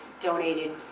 donated